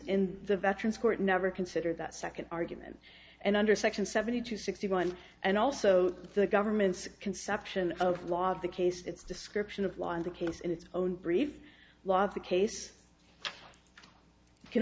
in the veterans court never consider that second argument and under section seventy two sixty one and also the government's conception of law the case it's description of law and the case in its own brief law the case